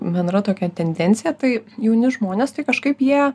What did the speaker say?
bendra tokia tendencija tai jauni žmonės tai kažkaip jie